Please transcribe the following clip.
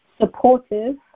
supportive